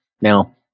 Now